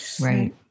Right